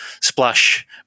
splash